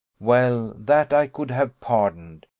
well, that i could have pardoned,